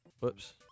Whoops